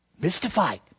mystified